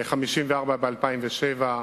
54 ב-2007,